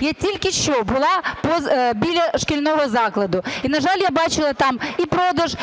Я тільки що було біля шкільного закладу і, на жаль, я бачила там і продаж